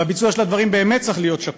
והביצוע של הדברים באמת צריך להיות שקוף.